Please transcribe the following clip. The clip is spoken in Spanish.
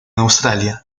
australia